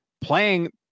Playing